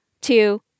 two